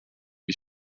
bir